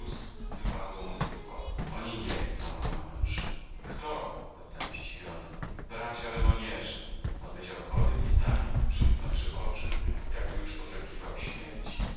ust wypadło mu tylko oni nic chcą abym żył kto zapytałem zdziwiony bracia remognerzy odpowiedział chory i zamilkł przymknąwszy oczy jakby już oczekiwał śmierci